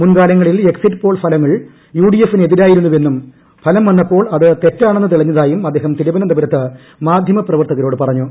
മുൻകാല്പങ്ങളിൽ exit poll ഫലങ്ങൾ യുഡിഎഫിന് എതിരായ്ടിരുന്നു്വെന്നും ഫലം വന്നപ്പോൾ അത് തെറ്റാണെന്ന് തെളിഞ്ഞ്ത്യും അദ്ദേഹം തിരുവനന്തപുരത്ത് മാധ്യമപ്രവർത്തകരോട് പറഞ്ഞു